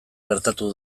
gertatu